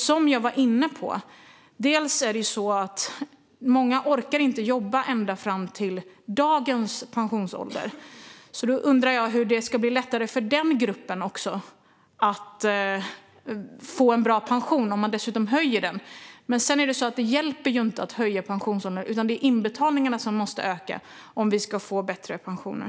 Som jag var inne på är det många som inte orkar jobba ända fram till dagens pensionsålder. Jag undrar hur det ska bli lättare för den gruppen att få en bra pension om man dessutom höjer pensionsåldern. Det hjälper ju inte att höja pensionsåldern, utan det är inbetalningarna som måste öka om vi ska få bättre pensioner.